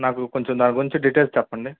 నాకు కొంచెం దాని గురించి డీటెయిల్స్ చెప్పండి